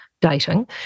Dating